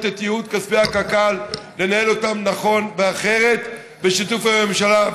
את ייעוד כספי קק"ל אלא לנהל אותם נכון ואחרת בשיתוף עם הממשלה.